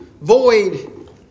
void